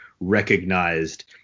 recognized